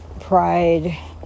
pride